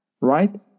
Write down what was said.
right